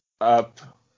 up